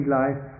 life